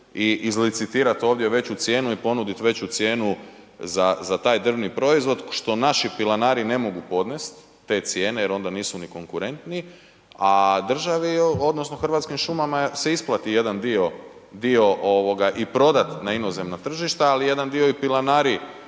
i izlicitirati ovdje veću cijenu i ponuditi veću cijenu za taj drvni proizvod što naši pilanari ne mogu podnest te cijene jer onda nisu ni konkurentni. A Hrvatskim šumama se isplati jedan dio i prodati na inozemno tržište, ali jedan dio i pilanari